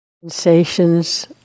Sensations